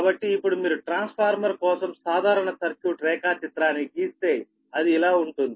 కాబట్టి ఇప్పుడు మీరు ట్రాన్స్ఫార్మర్ కోసం సాధారణ సర్క్యూట్ రేఖాచిత్రాన్ని గీస్తేఅది ఇలా ఉంటుంది